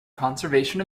conservation